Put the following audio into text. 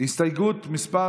הסתייגות מס'